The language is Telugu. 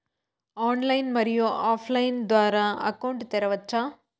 ఆన్లైన్, మరియు ఆఫ్ లైను లైన్ ద్వారా అకౌంట్ తెరవచ్చా?